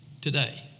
today